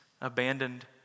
abandoned